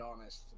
honest